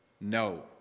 no